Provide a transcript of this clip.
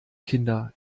kinder